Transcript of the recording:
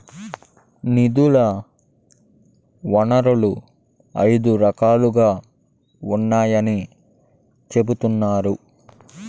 నిధుల వనరులు ఐదు రకాలుగా ఉన్నాయని చెబుతున్నారు